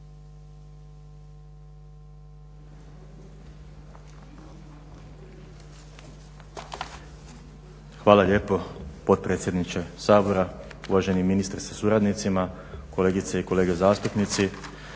Hvala lijepo potpredsjedniče Sabora, uvaženi ministre sa suradnicima, kolegice i kolege zastupnici.